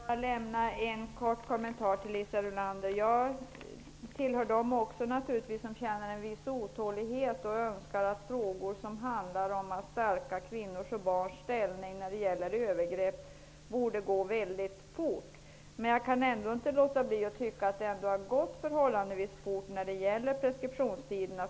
Herr talman! Jag vill bara lämna en kort kommentar till Liisa Rulander. Jag tillhör också dem som känner en viss otålighet och önskar att frågor som handlar om att stärka kvinnors och barns ställning när det gäller övergrepp borde gå mycket fort. Men jag kan ändå inte låta bli att tycka att det har gått förhållandevis fort med preskriptionstiderna.